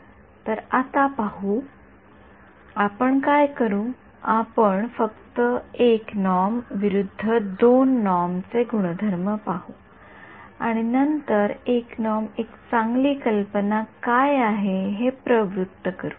तर आता आपण पाहू तर आपण काय करू आपण फक्त १ नॉर्म विरुद्ध २ नॉर्म चे गुणधर्म पाहू आणि नंतर १ नॉर्म एक चांगली कल्पना का आहे हे प्रवृत्त करू